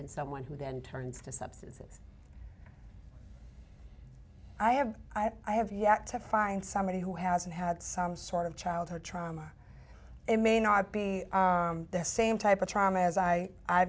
someone who then turns to substances i have i have yet to find somebody who hasn't had some sort of childhood trauma it may not be the same type of trauma as i